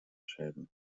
schäden